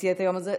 2004 ו-2039.